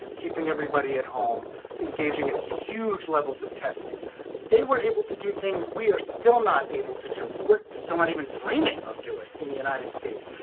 keeping everybody at home engaging in huge levels of testing they were able to do things. we are still not able to do what someone even dreaming of doing in the united states.